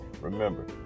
Remember